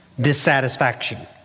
dissatisfaction